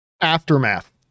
Aftermath